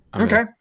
okay